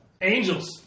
Angels